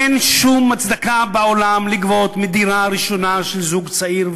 אין שום הצדקה בעולם לגבות על דירה ראשונה של זוג צעיר,